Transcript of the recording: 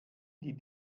die